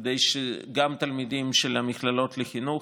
כדי שגם תלמידים של המכללות לחינוך,